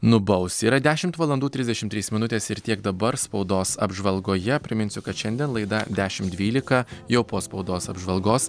nubaus yra dešimt valandų trisdešim trys minutės ir tiek dabar spaudos apžvalgoje priminsiu kad šiandien laida dešim dvylika jau po spaudos apžvalgos